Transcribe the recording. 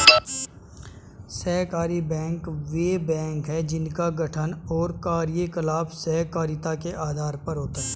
सहकारी बैंक वे बैंक हैं जिनका गठन और कार्यकलाप सहकारिता के आधार पर होता है